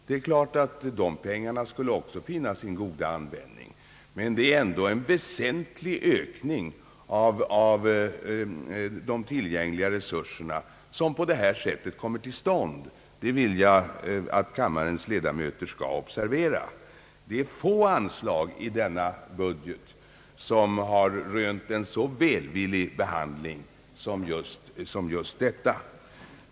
De pengarna skulle givetvis också finna sin goda användning, men det är ändå en väsentlig ökning av de tillgängliga resurserna som på detta sätt kommer till stånd. Det vill jag att kammarens ledamöter skall observera. Det är få anslag i denna budget som har rönt en så välvillig behandling som just detta.